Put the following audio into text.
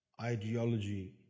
ideology